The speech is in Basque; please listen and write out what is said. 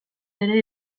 ere